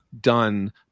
done